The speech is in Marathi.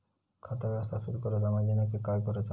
खाता व्यवस्थापित करूचा म्हणजे नक्की काय करूचा?